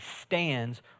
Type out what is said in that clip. stands